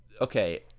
okay